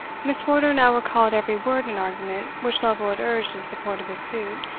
miss wardour now recalled every word and argument which lovel had urged in support of his suit,